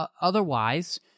Otherwise